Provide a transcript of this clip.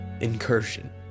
incursion